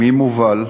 מי מובל?